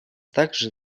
также